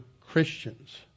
Christians